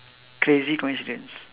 crazy coincidence